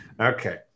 Okay